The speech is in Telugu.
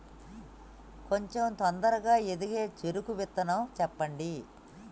కొంచం తొందరగా ఎదిగే చెరుకు విత్తనం చెప్పండి?